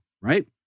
right